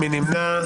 מי נמנע?